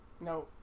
no